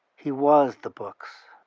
he was the books.